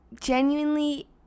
genuinely